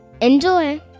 Enjoy